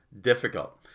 difficult